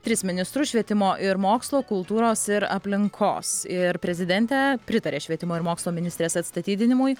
tris ministrus švietimo ir mokslo kultūros ir aplinkos ir prezidentė pritarė švietimo ir mokslo ministrės atstatydinimui